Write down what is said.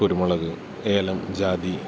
കുരുമുളക് ഏലം ജാതി